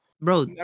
Bro